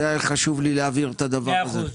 היה חשוב לי להבהיר את הדבר הזה.